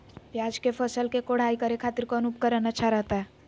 प्याज के फसल के कोढ़ाई करे खातिर कौन उपकरण अच्छा रहतय?